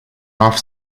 off